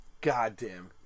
goddamn